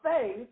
faith